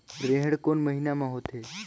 रेहेण कोन महीना म होथे?